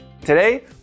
Today